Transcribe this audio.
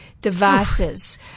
devices